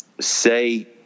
say